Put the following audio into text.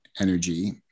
energy